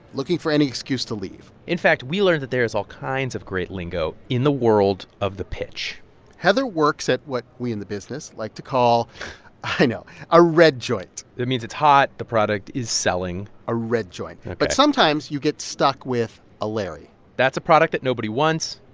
looking for any excuse to leave in fact we learned that there is all kinds of great lingo in the world of the pitch heather works at what we in the business like to call i know a red joint that means it's hot. the product is selling a red joint ok but sometimes you get stuck with a larry that's a product that nobody wants.